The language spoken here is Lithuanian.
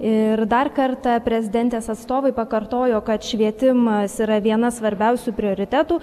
ir dar kartą prezidentės atstovai pakartojo kad švietimas yra vienas svarbiausių prioritetų